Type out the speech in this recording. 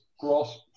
cross